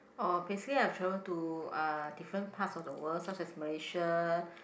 oh I've travel to uh different parts of the world such as Malaysia